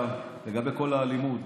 לגבי כל האלימות,